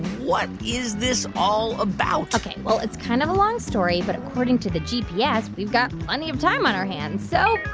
what is this all about? ok. well, it's kind of a long story, but according to the gps, we've got plenty of time on our hands, so